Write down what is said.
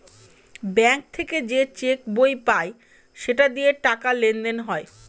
bank থেকে যে cheque বই পায় সেটা দিয়ে টাকা লেনদেন হয়